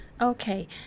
Okay